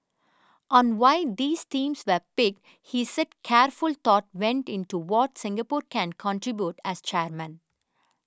on why these themes were picked he said careful thought went into what Singapore can contribute as chairman